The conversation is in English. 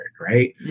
right